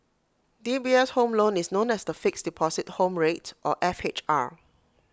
D B S home loan is known as the Fixed Deposit Home Rate or F H R